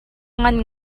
ngan